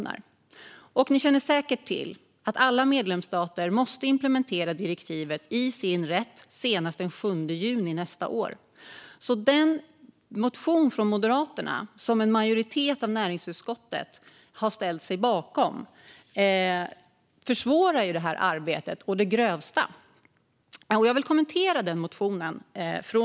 Ni känner säkert till att alla medlemsstater måste implementera direktivet i sin rätt senast den 7 juni 2021. Den motion som en majoritet av näringsutskottet har ställt sig bakom i form av ett tillkännagivande till regeringen kommer att försvåra detta arbete å det grövsta.